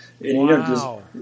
Wow